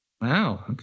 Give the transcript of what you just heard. Wow